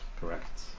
Correct